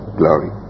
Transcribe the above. glory